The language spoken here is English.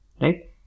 right